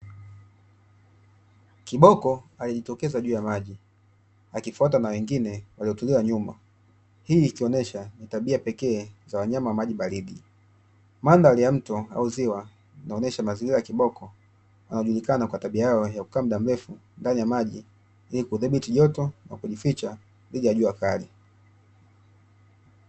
Kiboko alijitokeza juu ya maji akifuatwa na wengine waliotulia nyuma, hii ikionyesha ni tabia pekee za wanyama wa maji baridi, mandhari ya mto au ziwa inaonyesha mazingira ya kiboko inayojulikana kwa tabia yake ya kukaa mda mrefu ndani ya maji, ili kudhibiti joto na kujificha dhidi ya jua kali.